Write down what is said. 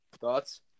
Thoughts